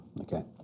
Okay